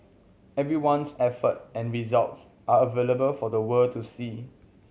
everyone's effort and results are available for the world to see